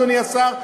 אדוני השר,